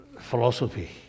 Philosophy